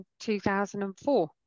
2004